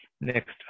next